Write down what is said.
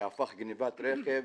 שהפך גניבת רכב.